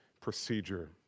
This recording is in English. procedure